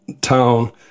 town